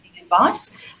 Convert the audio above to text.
advice